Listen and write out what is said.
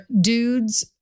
dudes